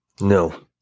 no